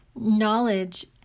knowledge